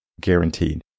guaranteed